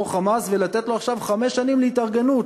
"חמאס" ולתת לו עכשיו חמש שנים להתארגנות,